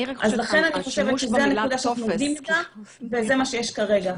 אז זו הנקודה שאנחנו עובדים איתה וזה מה שיש כרגע.